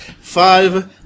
five